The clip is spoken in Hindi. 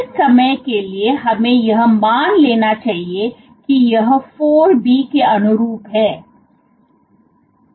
इस समय के लिए हमें यह मान लेना चाहिए कि यह 4 B के अनुरूप है